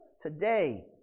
today